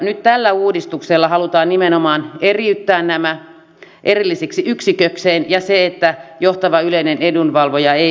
nyt tällä uudistuksella halutaan nimenomaan eriyttää nämä erillisiksi yksiköikseen ja se että johtava yleinen edunvalvoja ei